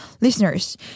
Listeners